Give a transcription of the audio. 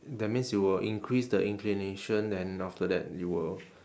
that means you will increase the inclination then after that you will